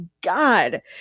God